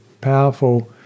powerful